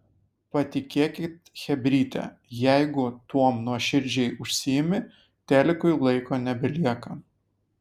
patikėkit chebryte jeigu tuom nuoširdžiai užsiimi telikui laiko nebelieka